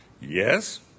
Yes